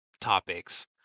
topics